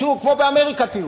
כמו באמריקה תהיו.